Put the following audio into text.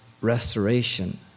restoration